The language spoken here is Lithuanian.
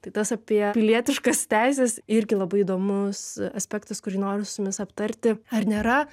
tai tas apie pilietiškas teises irgi labai įdomus aspektas kurį noriu su jumis aptarti ar nėra